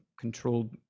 controlled